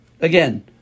Again